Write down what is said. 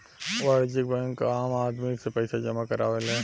वाणिज्यिक बैंक आम आदमी से पईसा जामा करावेले